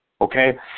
okay